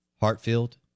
Hartfield